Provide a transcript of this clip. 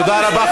תודה רבה,